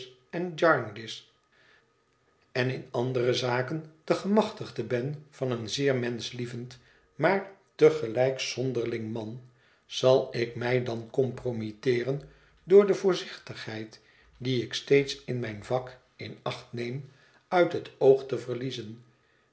en jarndyce en in andere zaken de gemachtigde ben van een zeer menschlievend maar te gelijk zonderling man zal ik mij dan compromitteeren door de voorzichtigheid die ik steeds in mijn vak in acht neem uit het oog te verliezen